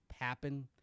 happen